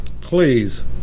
please